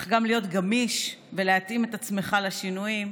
אך גם להיות גמיש ולהתאים את עצמך לשינויים,